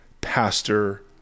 pastor